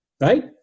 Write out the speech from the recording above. right